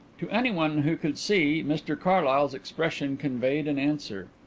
to anyone who could see, mr carlyle's expression conveyed an answer.